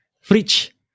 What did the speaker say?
fridge